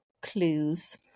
clues